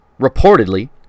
reportedly